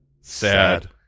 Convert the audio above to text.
Sad